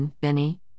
Benny